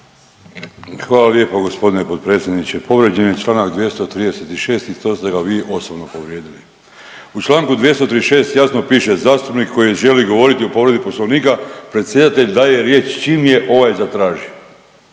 Hvala lijepo gospodine potpredsjedniče. Povrijeđen je Članak 236. i to ste ga vi osobno povrijedili. U Članku 236. jasno piše, zastupnik koji želi govoriti o povredi Poslovnika, predsjedatelj daje riječ čim je ovaj zatraži.